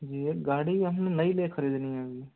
जी एक गाड़ी हमने नई ले ख़रीदनी है